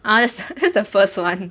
ah that's the that's the first one